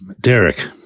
Derek